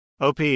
OP